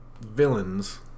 villains